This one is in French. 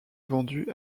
vendus